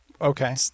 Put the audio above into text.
Okay